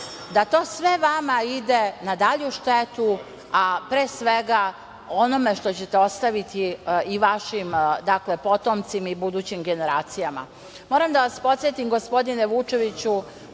da to sve vama ide na dalju štetu, a pre svega, onome što ćete ostaviti i vašim potomcima i budućim generacijama. Moram da vas podsetim, gospodine Vučeviću,